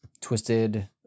twisted